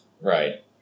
Right